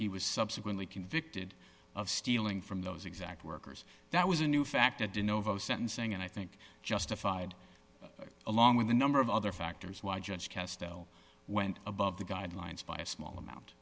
he was subsequently convicted of stealing from those exact workers that was a new fact at the novo sentencing and i think justified along with a number of other factors why judge castille went above the guidelines by a small amount